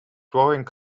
drawing